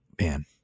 Man